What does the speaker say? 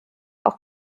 auch